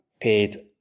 paid